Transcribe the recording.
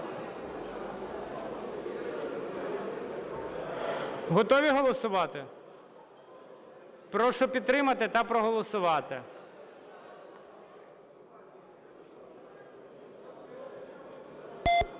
Готові голосувати? Прошу підтримати та проголосувати.